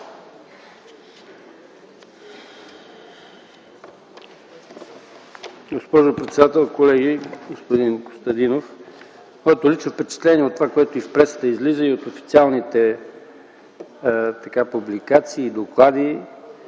Госпожо председател, колеги, господин Костадинов! Моето лично впечатление от това, което излиза в пресата, в официалните публикации и доклади